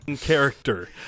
character